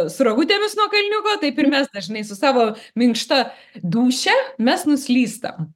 su rogutėmis nuo kalniuko taip ir mes dažnai su savo minkšta dūšia mes nuslystam